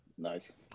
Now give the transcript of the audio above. nice